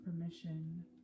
permission